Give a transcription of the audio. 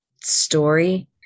story